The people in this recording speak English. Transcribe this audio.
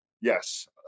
Yes